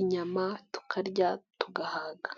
inyama tukarya tugahaga.